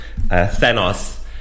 Thanos